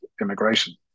immigration